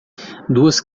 duas